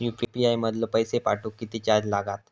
UPI मधलो पैसो पाठवुक किती चार्ज लागात?